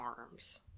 arms